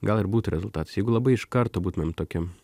gal ir būtų rezultatas jeigu labai iš karto būtumėm tokiam